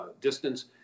distance